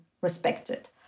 respected